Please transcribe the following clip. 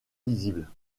lisible